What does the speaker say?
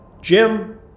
Jim